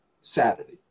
Saturday